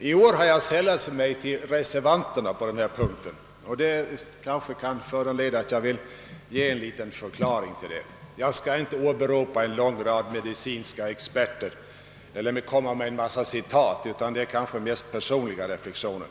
I år har jag sällat mig till reservanterna på denna punkt, och jag vill lämna en förklaring till det. Jag skall inte åberopa en rad medicinska experter eller anföra en mängd citat, utan jag vill göra några mer personliga reflexioner.